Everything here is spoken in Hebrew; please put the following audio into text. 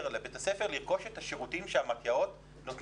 ולבית הספר לרכוש את השירותים שמרכזי מתי"א נותנים.